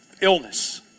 illness